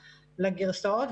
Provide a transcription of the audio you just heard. לגרסאות,